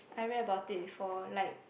I read about it before like